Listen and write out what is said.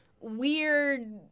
weird